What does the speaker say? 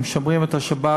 אם שומרים את השבת,